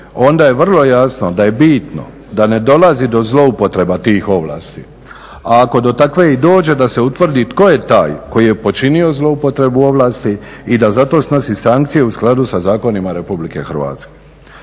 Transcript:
onda je vrlo jasno da je bitno da ne dolazi do zloupotreba tih ovlasti, a ako do takve i dođe da se utvrdi tko je taj koji je počinio zloupotrebu ovlasti i da za to snosi sankcije u skladu sa zakonima Republike Hrvatske.